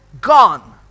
gone